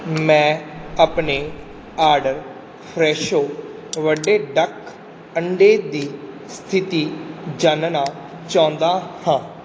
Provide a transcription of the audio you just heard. ਮੈਂ ਆਪਣੇ order Fresho ਵੱਡੇ ਡਕ ਅੰਡੇ ਦੀ ਸਥਿਤੀ ਜਾਣਨਾ ਚਾਹੁੰਦਾ ਹਾਂ